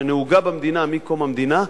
שנהוגה במדינה מקום המדינה,